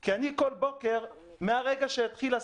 כי אני כל בוקר, מהרגע שהתחיל הסגר,